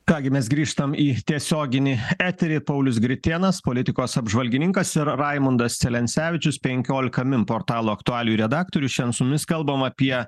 ką gi mes grįžtam į tiesioginį eterį paulius gritėnas politikos apžvalgininkas ir raimundas celencevičius penkiolika min portalo aktualijų redaktorius šiandien su mumis kalbam apie